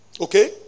Okay